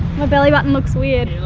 belly button looks weird